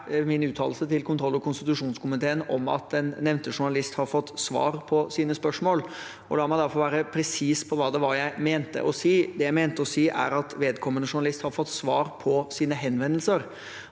min uttalelse til kontroll- og konstitusjonskomiteen om at den nevnte journalisten hadde fått svar på sine spørsmål. La meg derfor være presis angående det jeg mente å si. Det jeg mente å si, var at vedkommende journalist hadde fått svar på sine henvendelser.